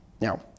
now